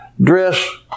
dress